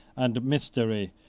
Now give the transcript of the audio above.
and mystery,